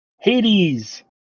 Hades